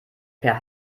per